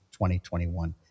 2021